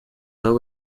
nabo